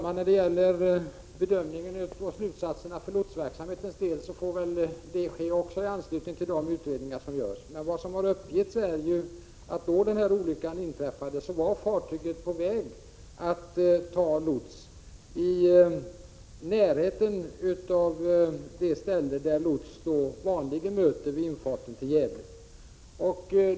Herr talman! Bedömningen och slutsatserna för lotsverksamhetens del får väl också ske i anslutning till de utredningar som görs. Men vad som har uppgetts är ju att man då den här olyckan inträffade med fartyget ämnade anlita lots. Det var i närheten av det ställe där lots vanligen möter vid infarten till Gävle.